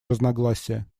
разногласия